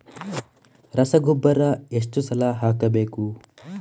ರಸಗೊಬ್ಬರ ಎಷ್ಟು ಸಲ ಹಾಕಬೇಕು?